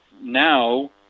now